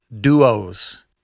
duos